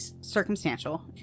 circumstantial